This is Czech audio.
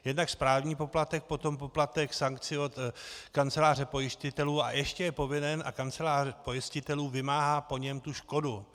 Jednak správní poplatek, potom poplatek, sankci od kanceláře pojistitelů a ještě je povinen a kancelář pojistitelů vymáhá po něm škodu.